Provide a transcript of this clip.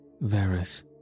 Varus